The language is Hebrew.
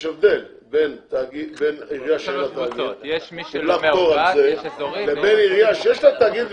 יש הבדל בין עירייה שאין לה תאגיד,